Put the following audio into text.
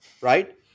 right